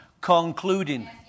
concluding